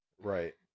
Right